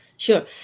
Sure